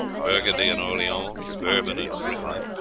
burgundy and orleans, bourbon and brittany,